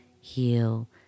heal